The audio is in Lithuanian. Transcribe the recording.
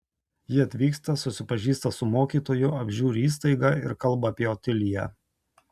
ji atvyksta susipažįsta su mokytoju apžiūri įstaigą ir kalba apie otiliją